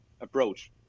approach